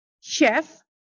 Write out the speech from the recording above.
chef